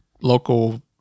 local